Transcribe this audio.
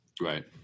Right